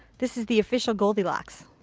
this is the official goldilocks.